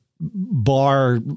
bar